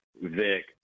Vic